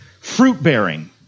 fruit-bearing